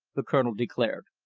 the colonel declared,